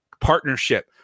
partnership